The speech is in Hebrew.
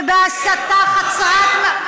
יש לך בעיה עם הדגל?